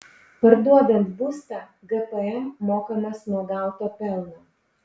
parduodant būstą gpm mokamas nuo gauto pelno